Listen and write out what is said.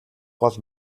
гол